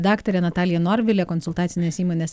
daktarė natalija norvilė konsultacinės įmonės